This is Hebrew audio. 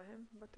מה הם בתעודה?